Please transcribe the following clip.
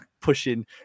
pushing